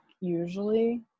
usually